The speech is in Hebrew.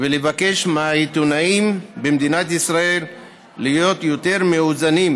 ולבקש מהעיתונאים במדינת ישראל להיות יותר מאוזנים,